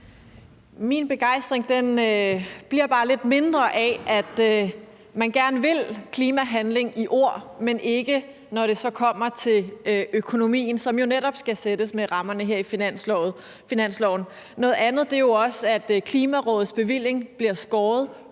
Min begejstring bliver bare lidt mindre af, at man gerne vil klimahandling i ord, men ikke når det så kommer til økonomien, som jo netop skal sætte rammerne her i finansloven. Noget andet er jo også, at Klimarådets bevilling bliver skåret,